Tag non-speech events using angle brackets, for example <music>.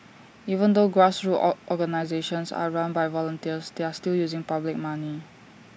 even though grassroots <hesitation> organisations are run by volunteers they are still using public money